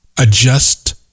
Adjust